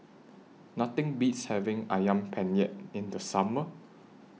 Nothing Beats having Ayam Penyet in The Summer